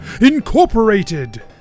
Incorporated